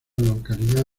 localidad